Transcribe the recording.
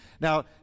Now